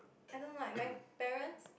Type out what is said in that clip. I don't know like my parents